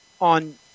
on